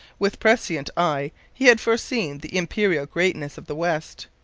with prescient eye he had foreseen the imperial greatness of the west.